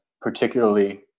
particularly